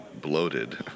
bloated